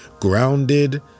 grounded